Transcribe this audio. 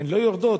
לא יורדות,